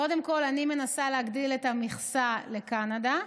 קודם כול, אני מנסה להגדיל את המכסה לקנדה,